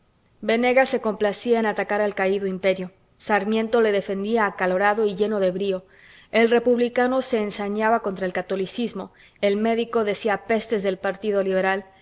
venegas se complacía en atacar al caído imperio sarmiento le defendía acalorado y lleno de brío el republicano se ensañaba contra el catolicismo el médico decía pestes del partido liberal